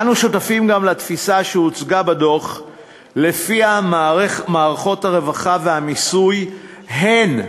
אנו שותפים גם לתפיסה שהוצגה בדוח ושלפיה מערכות הרווחה והמיסוי הן,